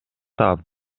таап